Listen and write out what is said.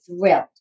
thrilled